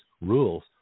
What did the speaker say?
rules